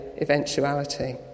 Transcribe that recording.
eventuality